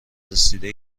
رسیده